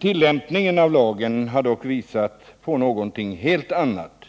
Tillämpningen av lagen har dock visat något helt annat.